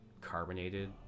carbonated